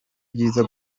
byiza